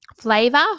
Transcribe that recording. Flavor